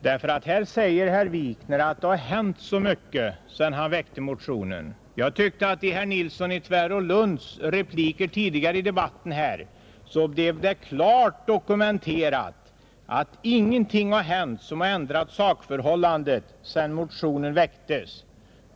Herr Wikner säger att det har hänt så mycket sedan han väckte motionen, Jag tycker att det genom herr Nilssons i Tvärålund repliker tidigare i debatten blev klart dokumenterat att ingenting har hänt som ändrat sakförhållandet sedan motionen väcktes.